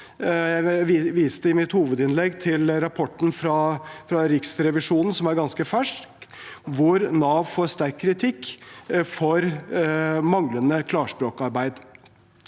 viste i mitt hovedinnlegg til rapporten fra Riksrevisjonen, som er ganske fersk, hvor Nav får sterk kritikk for manglende klarspråkarbeid.